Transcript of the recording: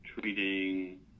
treating